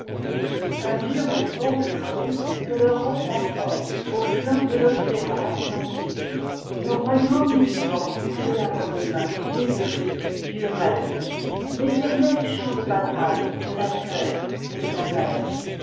un dur éperon de granit que l'europe enfonce au flanc de l'océan atlantique le royaume du vent de la brume du gris du rêve l'éternel champ de bataille de la terre et de la mer